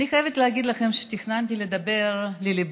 חברת הכנסת פלוסקוב, תפדלי.